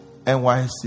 NYC